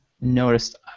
noticed